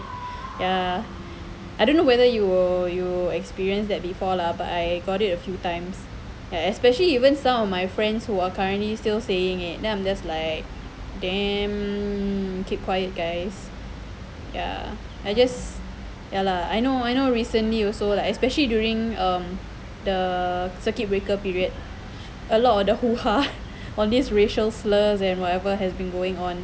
ya I don't know whether you you experienced that before lah but I got it a few times especially even some of my friends who are currently still saying it then I'm just like damn keep quiet guys ya I just ya lah I know I know recently also like especially during um the circuit breaker period a lot of the hoo-ha on these racial slurs and whatever has been going on